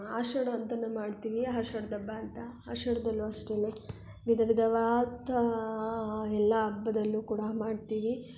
ಆಷಾಢ ಅಂತನೂ ಮಾಡ್ತೀವಿ ಆಷಾಡ್ದ ಹಬ್ಬ ಅಂತ ಆಷಾಢದಲ್ಲೂ ಅಷ್ಟೇ ವಿಧ ವಿಧವಾದ ಎಲ್ಲ ಹಬ್ಬದಲ್ಲು ಕೂಡ ಮಾಡ್ತೀವಿ